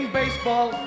baseball